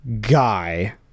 guy